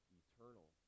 eternal